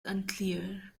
unclear